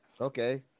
Okay